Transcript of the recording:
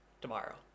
Tomorrow